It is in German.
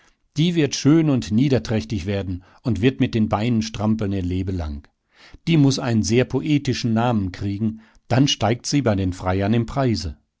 die wird schön und niederträchtig werden und wird mit den beinen strampeln ihr lebelang die muß einen sehr poetischen namen kriegen dann steigt sie bei den freiern im preise